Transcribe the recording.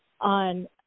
on